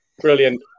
Brilliant